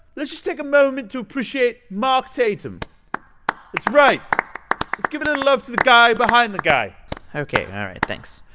let's just take a moment to appreciate mark tatum that's right! let's give a little love to the guy behind the guy ok all right. thanks.